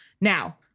now